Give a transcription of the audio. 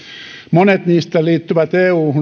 monet niistä liittyvät